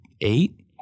eight